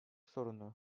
sorunu